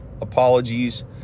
Apologies